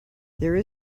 there